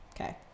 Okay